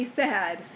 sad